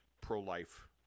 pro-life